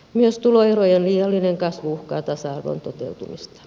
myös tuloerojen liiallinen kasvu uhkaa tasa arvon toteutumista